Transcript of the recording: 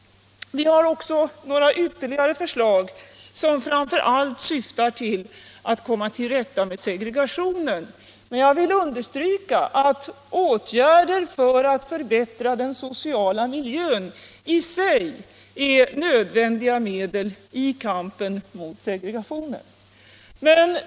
Vi har också några ytterligare förslag som framför allt syftar till att komma till rätta med segregationen. Men jag vill understryka att åtgärder för att förbättra den sociala miljön i sig är nödvändiga medel i kampen mot segregationen.